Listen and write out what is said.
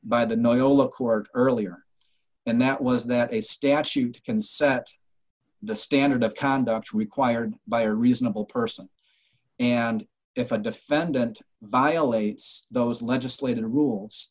court earlier and that was that a statute can set the standard of conduct required by a reasonable person and if a defendant violates those legislated rules